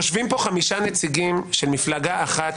-- יושבים פה חמישה נציגים של מפלגה אחת,